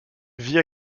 vit